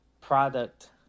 product